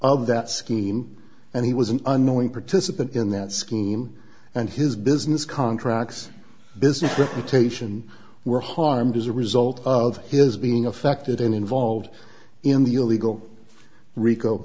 of that scheme and he was an unwilling participant in that scheme and his business contracts business attention were harmed as a result of his being affected and involved in the illegal rico